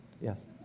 Yes